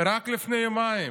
רק לפני יומיים: